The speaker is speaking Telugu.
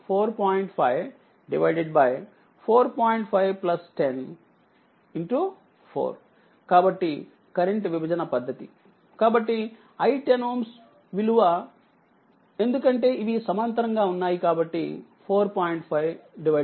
5104 కాబట్టికరెంట్ విభజనపద్ధతి కాబట్టిi10Ω విలువ ఎందుకంటే ఇవి సమాంతరంగా వున్నాయి కాబట్టి 4